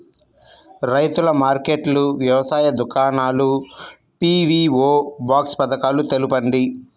రైతుల మార్కెట్లు, వ్యవసాయ దుకాణాలు, పీ.వీ.ఓ బాక్స్ పథకాలు తెలుపండి?